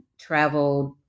traveled